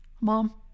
Mom